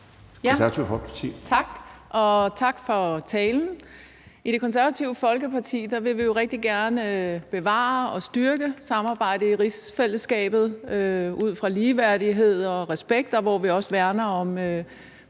tak for talen. I Det Konservative Folkeparti vil vi jo rigtig gerne bevare og styrke samarbejdet i rigsfællesskabet ud fra ligeværdighed og respekt – hvor vi også værner om